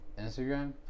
Instagram